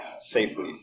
safely